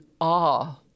awe